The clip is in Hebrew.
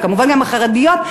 וכמובן גם החרדיות,